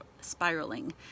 spiraling